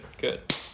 good